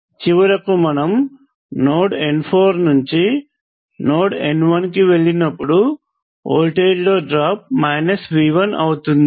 చివరకుమనము node n4 నుండి node n1 కి వెళ్ళినప్పుడు వోల్టేజ్ లో డ్రాప్ V1 అవుతుంది